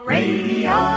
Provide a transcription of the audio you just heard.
Radio